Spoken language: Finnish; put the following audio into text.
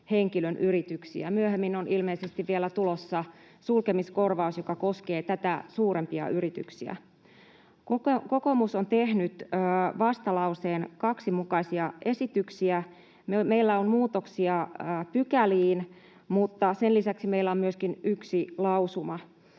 henkilön yrityksiä. Myöhemmin on ilmeisesti vielä tulossa sulkemiskorvaus, joka koskee tätä suurempia yrityksiä. Kokoomus on tehnyt vastalauseen 2 mukaisia esityksiä. Meillä on muutoksia pykäliin, mutta sen lisäksi meillä on myöskin yksi lausuma.